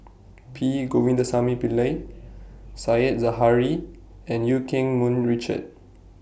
P Govindasamy Pillai Said Zahari and EU Keng Mun Richard